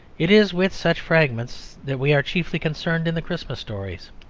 it is with such fragments that we are chiefly concerned in the christmas stories.